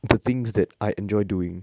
the things that I enjoy doing